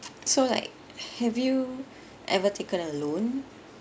so like have you every taken a loan